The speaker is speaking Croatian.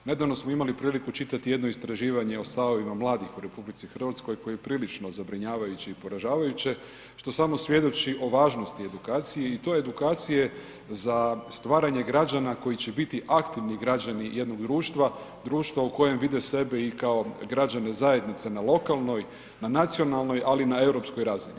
Nedavno smo imali priliku čitati jedno istraživanje o stavovima mladih u RH koje je prilično zabrinjavajuće i poražavajuće što samo svjedoči o važnosti edukacije i to edukacije za stvaranje građana koji će biti aktivni građani jednog društva, društva u kojem vide sebe i kao građane zajednice na lokalnoj, na nacionalnoj ali i na europskoj razini.